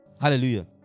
Hallelujah